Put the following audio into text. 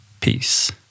Peace